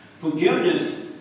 Forgiveness